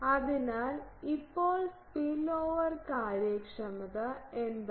അതിനാൽ ഇപ്പോൾ സ്പിൽഓവർ കാര്യക്ഷമത എന്താണ്